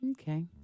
Okay